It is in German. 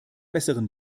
besseren